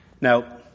Now